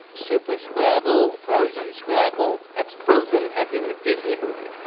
super scrabble, frozen scrabble that's frozen, as in the disney movie.